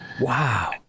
Wow